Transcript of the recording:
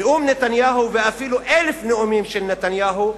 נאום נתניהו, ואפילו 1,000 נאומים של נתניהו,